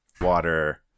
water